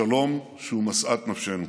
השלום שהוא משאת נפשנו.